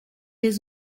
des